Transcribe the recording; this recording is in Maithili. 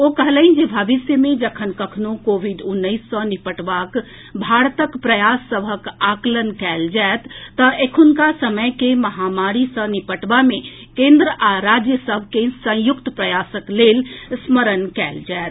ओ कहलनि जे भविष्य मे जखन कखनो कोविड उन्नैस सॅ निपटबाक भारतक प्रयास सभक आकलन कयल जायत तऽ एखुनका समय के महामारी सॅ निपटबा मे केंद्र आ राज्य सभकें संयुक्त प्रयासक लेल स्मरण कयल जायत